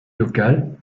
local